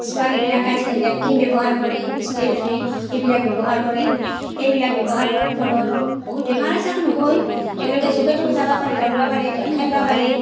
ছোৱালীবিলাক আজিকালি নেপকিন ব্যৱহাৰ কৰে ষ্টে' ফ্ৰী সেইবিলাক ব্যৱহাৰ কৰে সেইবিলাক ব্যৱহাৰ কৰাৰ ফলত বহুত বেমাৰ আজাৰো নহয় তেওঁলোকে য'তে ত'তে যাব পাৰে দৌৰবা পাৰে খেলবা পাৰে